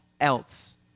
else